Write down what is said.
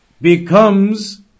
becomes